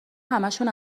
همشون